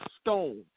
stone